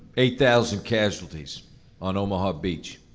eight thousand casualties on omaha beach.